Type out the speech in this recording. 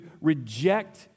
reject